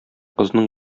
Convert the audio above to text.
кызның